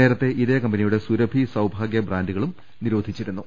നേരത്തെ ഇതേ കമ്പനിയുടെ സുരഭി സൌഭാഗൃ ബ്രാൻഡു കളും നിരോധിച്ചിരുന്നു